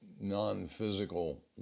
non-physical